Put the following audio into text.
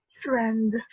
trend